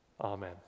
Amen